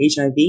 HIV